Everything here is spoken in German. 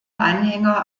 anhänger